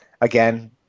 Again